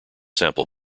sample